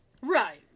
Right